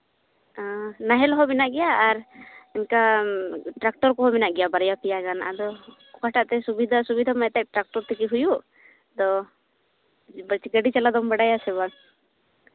ᱱᱟᱦᱮᱞ ᱦᱚᱸ ᱢᱮᱱᱟᱜ ᱜᱮᱭᱟ ᱟᱨ ᱚᱱᱠᱟ ᱴᱨᱟᱠᱴᱚᱨ ᱠᱚᱦᱚᱸ ᱢᱮᱱᱟᱜ ᱜᱮᱭᱟ ᱵᱟᱨᱭᱟ ᱯᱮᱭᱟ ᱜᱟᱱ ᱟᱫᱚ ᱚᱠᱟᱴᱟᱜ ᱛᱮ ᱥᱩᱵᱤᱫᱟ ᱚᱥᱩᱵᱤᱫᱟ ᱢᱤᱫᱴᱮᱡ ᱴᱟᱠᱴᱚᱨ ᱛᱮᱜᱮ ᱦᱩᱭᱩᱜ ᱟᱫᱚ ᱜᱟᱹᱰᱤ ᱪᱟᱞᱟᱣ ᱫᱚᱢ ᱵᱟᱰᱟᱭᱟ ᱥᱮ ᱵᱟᱝ